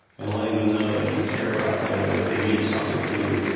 and letting them know that you care about them, and that they mean something to you.